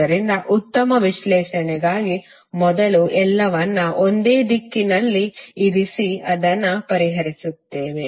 ಆದ್ದರಿಂದ ಉತ್ತಮ ವಿಶ್ಲೇಷಣೆಗಾಗಿ ಮೊದಲು ಎಲ್ಲವನ್ನೂ ಒಂದೇ ದಿಕ್ಕಿನಲ್ಲಿ ಇರಿಸಿ ಅದನ್ನು ಪರಿಹರಿಸುತ್ತೇವೆ